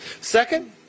Second